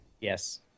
yes